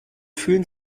fühlen